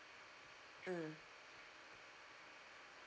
mm